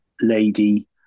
lady